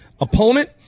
opponent